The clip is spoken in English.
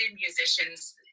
musicians